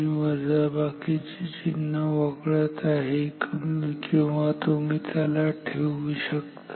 मी हे वजाबाकी चे चिन्ह वगळत आहे किंवा तुम्ही त्याला ठेवू शकता